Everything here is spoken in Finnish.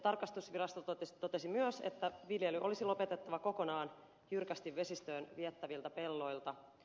tarkastusvirasto totesi myös että viljely olisi lopetettava kokonaan jyrkästi vesistöön viettäviltä pelloilta